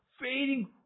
fading